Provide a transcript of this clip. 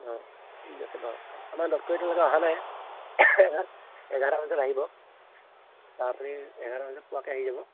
অঁ ঠিক আছে বাৰু আমাৰ ডক্টৰ এতিয়ালৈকে অহা নাই এঘাৰটা বজাত আহিব আপুনি এঘাৰটা বজাত পোৱাকৈ আহি যাব